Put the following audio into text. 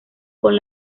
con